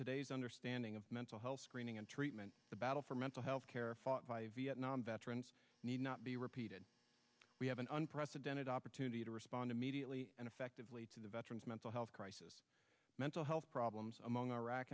today's understanding of mental health screening and treatment the battle for mental health care non veterans need not be repeated we have an unprecedented opportunity to respond immediately and effectively to the veterans mental health crisis mental health problems among iraq